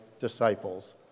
disciples